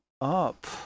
up